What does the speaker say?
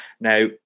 now